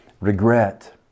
Regret